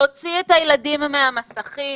להוציא את הילדים מהמסכים,